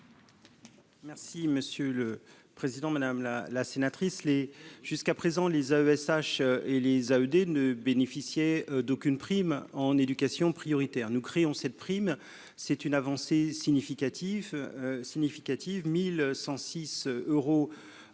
Merci monsieur le président, madame la la sénatrice les jusqu'à présent, les AESH Elisa, ED ne bénéficier d'aucune prime en éducation prioritaire, nous créons cette prime, c'est une avancée significative